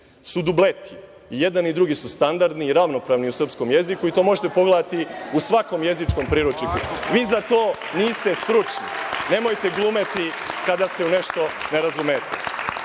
su dubleti. I jedan i drugi su standardni i ravnopravni u srpskom jeziku i to možete pogledati u svakom jezičkom priručniku. Vi za to niste stručni. Nemojte glumiti kada se u nešto ne razumete. Ima